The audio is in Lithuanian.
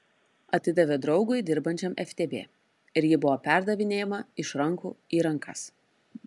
atidavė draugui dirbančiam ftb ir ji buvo perdavinėjama iš rankų į rankas